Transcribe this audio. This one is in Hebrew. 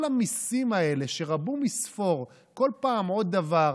כל המיסים האלה, שרבו מספור, כל פעם עוד דבר.